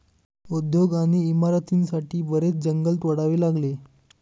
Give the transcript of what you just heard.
उद्योग आणि इमारतींसाठी बरेच जंगल तोडावे लागले